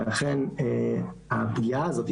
ולכן הפגיעה הזאת,